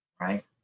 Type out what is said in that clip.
right